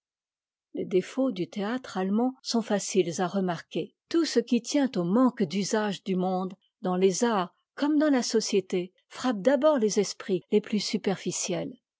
les défauts du théâtre allemand sont facites à remarquer tout ce qui tient au manque d'usage du monde dans les arts comme dans la société frappe d'abord les esprits les phis superficiels